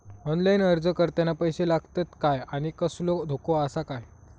Online अर्ज करताना पैशे लागतत काय आनी कसलो धोको आसा काय?